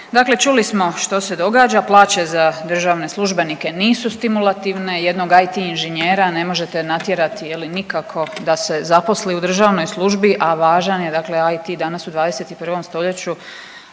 čuli smo što se događa. Plaće za državne službenike nisu stimulativne. Jednog IT inženjera ne možete natjerati je li nikako da se zaposli u državnoj službi, a važan je dakle IT danas u 21. stoljeću,